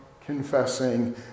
confessing